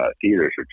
theaters